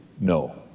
no